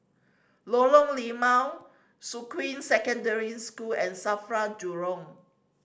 Lorong Limau Shuqun Secondary School and SAFRA Jurong